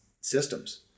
systems